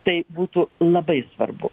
tai būtų labai svarbu